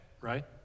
right